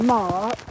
Mark